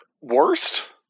Worst